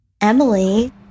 Emily